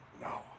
No